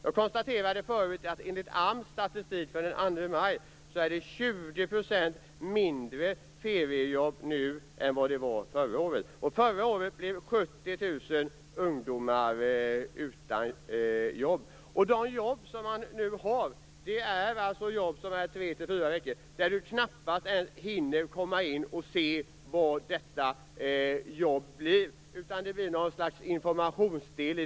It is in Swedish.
Jag konstaterade förut att det enligt AMS statistik från den 2 maj är 20 % färre feriejobb i år än det var förra året. Förra året blev 70 000 ungdomar utan jobb. De jobb som man nu har är alltså jobb som räcker 3-4 veckor. Man hinner knappast komma in och se vad detta jobb innebär. Det blir någon slags information.